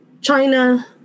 china